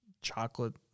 chocolate